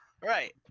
Right